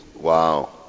Wow